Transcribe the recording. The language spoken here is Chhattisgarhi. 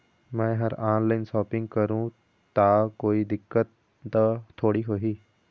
मैं हर ऑनलाइन शॉपिंग करू ता कोई दिक्कत त थोड़ी होही?